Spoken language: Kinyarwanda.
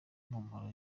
mpumuro